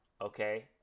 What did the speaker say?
Okay